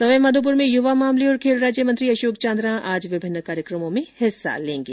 सवाईमाधोपुर में युवा मामले और खेल राज्य मंत्री अशोक चांदना आज विभिन्न कार्यक्रमों में हिस्सा लेगें